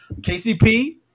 KCP